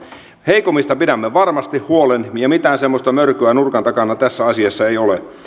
heikommista pidämme varmasti huolen ja mitään semmoista mörköä nurkan takana tässä asiassa ei ole